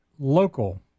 Local